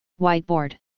Whiteboard